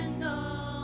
know